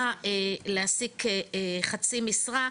קריית שמונה בחרה להעסיק חצי משרה,